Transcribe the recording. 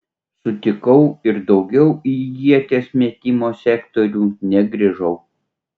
sutikau ir daugiau į ieties metimo sektorių negrįžau